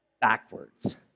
backwards